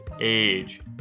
age